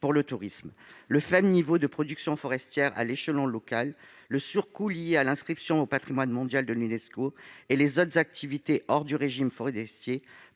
pour le tourisme. Le faible niveau de production forestière à l'échelon local, le surcoût lié à l'inscription au patrimoine mondial de l'Unesco et les autres activités hors du régime forestier,